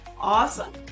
awesome